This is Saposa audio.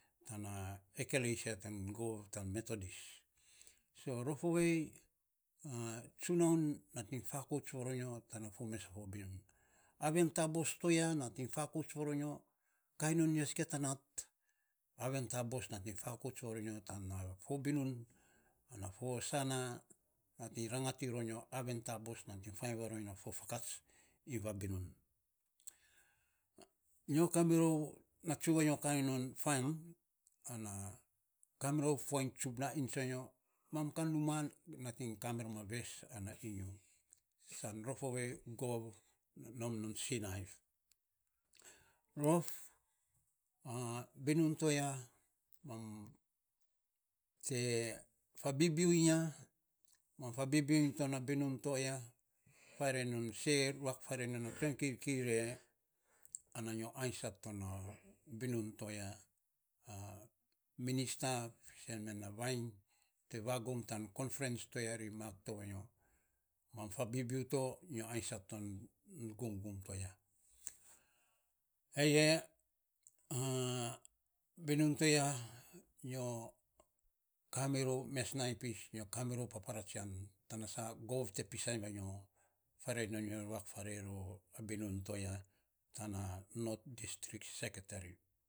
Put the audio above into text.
Tana ekeleisia ten gov tan metodis, rof ovei tsunaun nating fakouts varonyo tana fo binun. Aven taabos to ya, nating fakouts varonyo, kainy non nyo sikia ta nat, aven taabos to ya nating. fakouts varonyo tana fo binun, ge fo sa nating nagat i ronyo, aven taabos nating fainy varonyo a fo fakats iny va binun, nyo kami rou natsu vanyo kai non numa, mam kan nating kami rom a ves, ana ingiu san rof ovei, gov nom non sinaiv, rof, binun to ya te vabibiu iny ya, mam fabibiu iny to na binun to ya se ruak farei non a tsoing kirkir e nyo aisat to wa